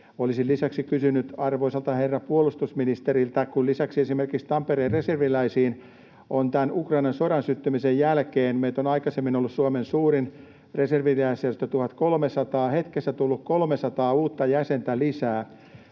olisin lisäksi kysynyt arvoisalta herra puolustusministeriltä: kun esimerkiksi Tampereen Reserviläisiin on tämän Ukrainan sodan syttymisen jälkeen — meitä on aikaisemmin ollut 1 300, Suomen suurin reserviläisjärjestö — hetkessä tullut 300 uutta jäsentä lisää,